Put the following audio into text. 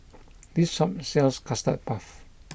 this shop sells Custard Puff